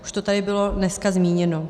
Už to tady bylo dneska zmíněno.